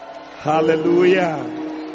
Hallelujah